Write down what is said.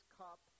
cup